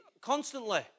constantly